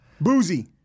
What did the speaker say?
Boozy